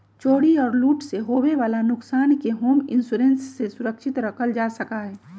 चोरी और लूट से होवे वाला नुकसान के होम इंश्योरेंस से सुरक्षित रखल जा सका हई